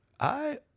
I